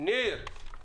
ניר,